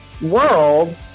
world